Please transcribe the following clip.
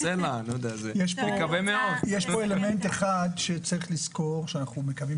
יש אלמנט אחד שצריכים לזכור שאנחנו מקווים